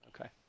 Okay